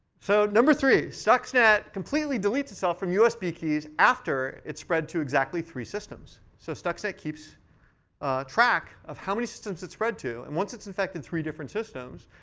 so number three. stuxnet completely deletes itself from usb keys after it's spread to exactly three systems. so stuxnet keeps track of how many systems it's spread to. and once it's infected three different systems,